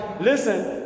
listen